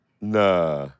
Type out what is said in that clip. Nah